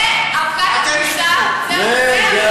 פריימריז זה, המטרייה שלך?